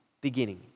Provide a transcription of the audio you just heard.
beginning